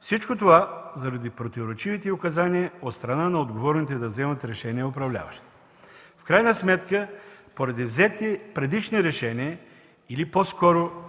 Всичко това заради противоречивите указания от страна на отговорните да вземат решения управляващи. В крайна сметка поради взети предишни решения, или по-скоро